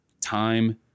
time